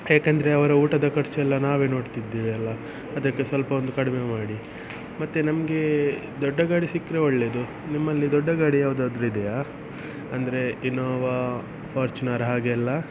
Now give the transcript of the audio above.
ಏಕಂದರೆ ಅವರ ಊಟದ ಖರ್ಚೆಲ್ಲ ನಾವೇ ನೋಡ್ತಿದ್ದೇವಲ್ಲ ಅದಕ್ಕೆ ಸ್ವಲ್ಪ ಒಂದು ಕಡಿಮೆ ಮಾಡಿ ಮತ್ತೆ ನಮಗೆ ದೊಡ್ಡ ಗಾಡಿ ಸಿಕ್ಕರೆ ಒಳ್ಳೆಯದು ನಿಮ್ಮಲ್ಲಿ ದೊಡ್ಡ ಗಾಡಿ ಯಾವುದಾದರೂ ಇದೆಯೇ ಅಂದರೆ ಇನೋವಾ ಫಾರ್ಚುನರ್ ಹಾಗೆಲ್ಲ